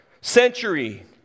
century